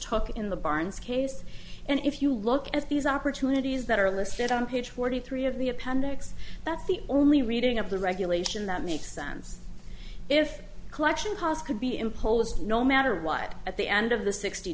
talk in the barn's case and if you look at these opportunities that are listed on page forty three of the appendix that's the only reading of the regulation that makes sense if collection cost could be imposed no matter what at the end of the sixty